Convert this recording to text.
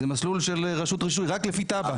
זה מסלול של רשות רישוי, רק לפי תב"ע.